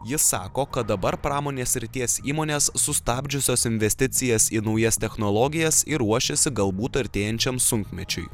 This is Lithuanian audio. jis sako kad dabar pramonės srities įmonės sustabdžiusios investicijas į naujas technologijas ir ruošiasi galbūt artėjančiam sunkmečiui